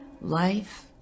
Life